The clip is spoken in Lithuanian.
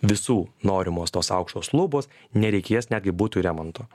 visų norimos tos aukštos lubos nereikės netgi būtui remonto